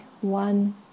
one